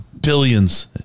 billions